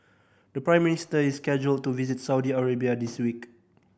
the Prime Minister is scheduled to visit Saudi Arabia this week